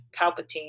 palpatine